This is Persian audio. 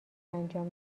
انجام